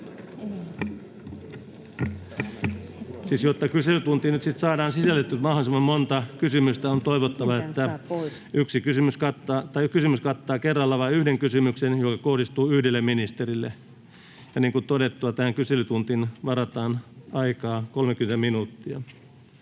jotta kyselytuntiin nyt sitten saadaan sisällytetyksi mahdollisimman monta kysymystä, on toivottavaa, että kysymys kattaa kerrallaan vain yhden kysymyksen, joka kohdistuu yhdelle ministerille. Niin kuin todettua, tähän kyselytuntiin varataan aikaa 30 minuuttia.